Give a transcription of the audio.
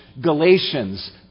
Galatians